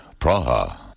Praha